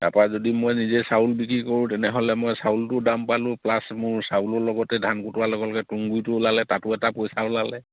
তাৰপৰা যদি মই নিজে চাউল বিক্ৰী কৰোঁ তেনেহ'লে মই চাউলটো দাম পালো প্লাছ মোৰ চাউলৰ লগতে ধান কুটোৱাৰ লগে লগে তুঁহগুৰিটো ওলালে তাতো এটা পইচা ওলালে